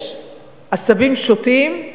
יש עשבים שוטים,